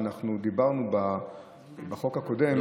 דיברנו בחוק הקודם,